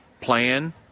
plan